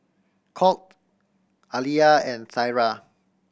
Colt Aliyah and Thyra